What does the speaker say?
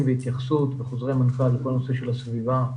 והתייחסות בחוזרי מנכ"ל לכל הנושא של הסביבה,